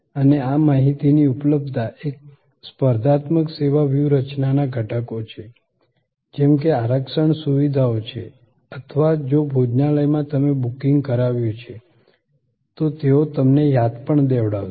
અને આ માહિતીની ઉપલબ્ધતા એ સ્પર્ધાત્મક સેવા વ્યૂહરચનાના ઘટકો છે જેમ કે આરક્ષણ સુવિધાઓ છે અથવા જો ભોજનલાય માં તમે બુકિંગ કરાવ્યુ છે તો તેઓ તમને યાદ પણ દેવડાવશે